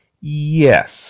Yes